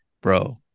Bro